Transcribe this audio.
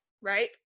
right